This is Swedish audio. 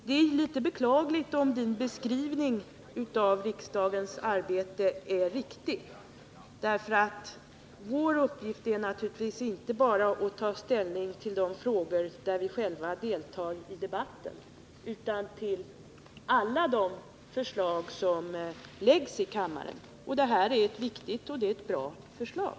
Det är litet beklagligt om Karin Ahrlands beskrivning av riksdagens arbete skulle vara riktig. Vår uppgift är naturligtvis inte bara att ta ställning i de frågor där vi själva deltar i debatten, utan det skall vi göra beträffande alla de förslag som läggs fram i kammaren, och det gäller här ett viktigt och bra förslag.